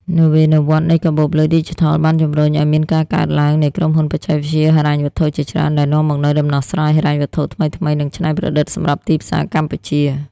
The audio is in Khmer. នវានុវត្តន៍នៃកាបូបលុយឌីជីថលបានជម្រុញឱ្យមានការកកើតឡើងនៃក្រុមហ៊ុនបច្ចេកវិទ្យាហិរញ្ញវត្ថុ ជាច្រើន ដែលនាំមកនូវដំណោះស្រាយហិរញ្ញវត្ថុថ្មីៗ និងច្នៃប្រឌិតសម្រាប់ទីផ្សារកម្ពុជា។